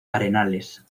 arenales